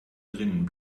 drinnen